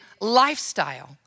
lifestyle